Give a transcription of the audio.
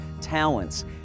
talents